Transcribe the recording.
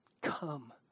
come